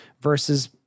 versus